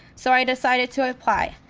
so i decided to apply.